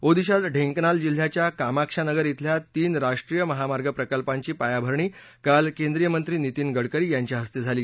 ओदिशात ढेंकनाल जिल्ह्याच्या कामाक्षानगर बेल्या तीन राष्ट्रीय महामार्ग प्रकल्पाची पायाभरणी काल केंद्रीय मंत्री नितीन गडकरी यांच्याहस्ते झाली